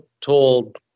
told